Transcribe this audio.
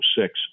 six